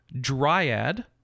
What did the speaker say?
Dryad